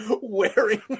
wearing